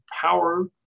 power